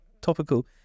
topical